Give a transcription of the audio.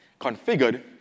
configured